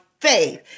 faith